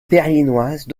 berlinoise